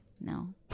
no